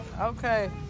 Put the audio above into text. Okay